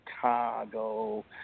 Chicago